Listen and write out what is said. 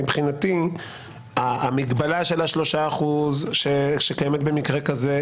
מבחינתי המגבלה של ה-3% שקיימת במקרה כזה,